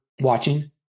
watching